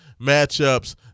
matchups